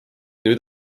nüüd